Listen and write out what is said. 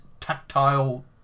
tactile